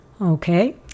Okay